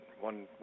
one